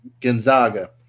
Gonzaga